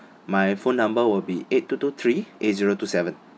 my phone number will be eight two two three eight zero two seven